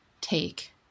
take